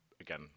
again